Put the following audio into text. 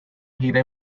gira